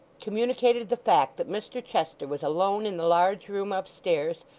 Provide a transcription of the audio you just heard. communicated the fact that mr chester was alone in the large room upstairs,